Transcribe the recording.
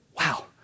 wow